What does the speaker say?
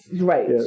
Right